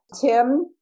Tim